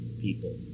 people